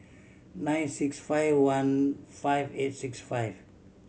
nine six five one five eight six five